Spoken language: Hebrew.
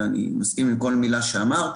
ואני מסכים עם כל מילה שאמרת.